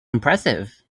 impressive